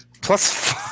Plus